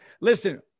listen